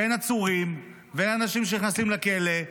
אין עצורים ואין אנשים שנכנסים לכלא,